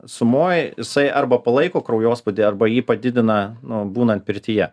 sumoj jisai arba palaiko kraujospūdį arba jį padidina nu būnant pirtyje